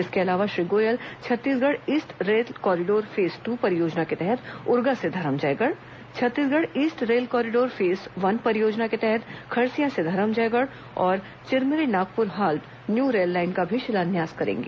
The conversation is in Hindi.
इसके अलावा Shri Goyal Chhattisgarh east rail corridor phase two परियोजना के तहत उरगा से Dharamjaygarh Chhattisgarh east rail corridor phase one परियोजना के तहत खरसिया से धरमजयगढ़ और Chirmiri Nagpur halt new rail line का भी शिलान्यास करेंगे